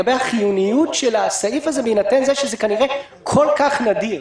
היא לגבי החיוניות של הסעיף הזה בהינתן שזה כל כך נדיר.